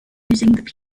using